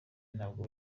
ntabwo